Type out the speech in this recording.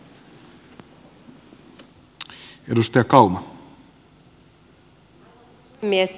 arvoisa puhemies